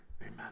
Amen